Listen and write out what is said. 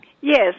Yes